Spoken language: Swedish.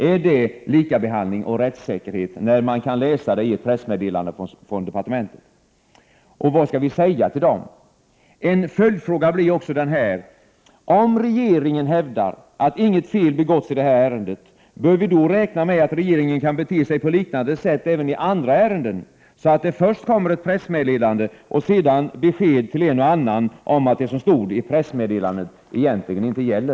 Är det likabehandling och rättssäkerhet, när man kan läsa ett sådant i ett pressmeddelande från departementet? Och vad skall vi säga till dessa människor? En annan följdfråga blir: Om regeringen hävdar att inget fel begåtts i det här ärendet, bör vi då räkna med att regeringen kan bete sig på liknande sätt även i andra ärenden, så att det först kommer ett pressmeddelande och sedan kommer besked till en och annan om att det som stod i pressmeddelandet egentligen inte gäller?